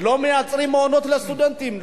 לא מייצרים מעונות לסטודנטים,